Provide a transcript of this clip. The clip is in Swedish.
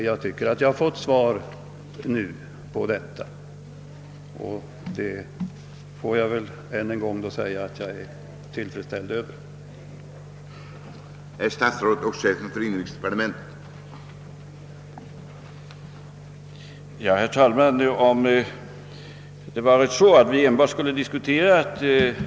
Jag tycker att jag nu har fått svar på frågorna och jag får väl då säga att jag är tillfredsställd med att svaret är klarläggande.